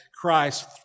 Christ